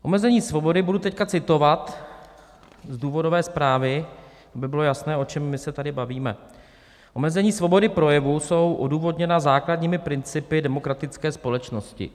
Omezení svobody budu teď citovat z důvodové zprávy, aby bylo jasné, o čem my se tady bavíme omezení svobody projevu jsou odůvodněna základními principy demokratické společnosti.